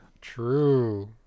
true